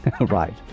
Right